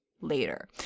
later